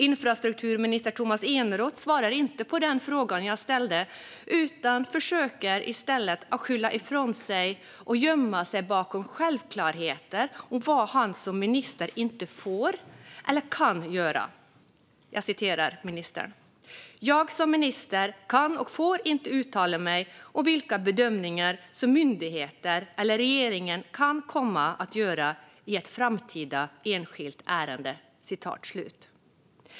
Infrastrukturminister Tomas Eneroth svarar inte på den fråga jag ställde utan försöker i stället skylla ifrån sig och gömma sig bakom självklarheter om vad han som minister inte får eller kan göra: "Jag som minister kan och får inte uttala mig om vilka bedömningar som myndigheter eller regeringen kan komma att göra i ett framtida enskilt ärende."